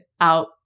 out